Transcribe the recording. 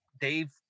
Dave